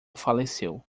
faleceu